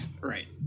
Right